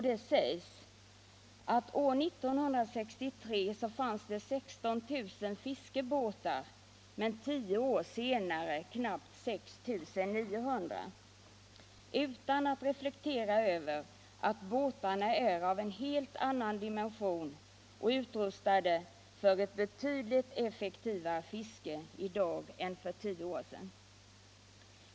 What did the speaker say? Det sägs att det år 1963 fanns 16 000 fiskebåtar men tio år senare knappt 6 900; det säger man utan att reflektera över att båtarna är av en helt annan dimension och utrustade för ett betydligt effektivare fiske i dag än för tio år sedan.